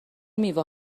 میوه